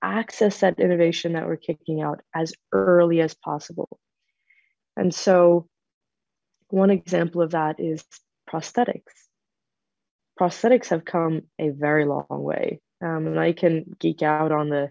access that innovation that we're kicking out as early as possible and so one example of that is prosthetics prosthetics have come a very long way and i can geek out on the